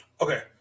Okay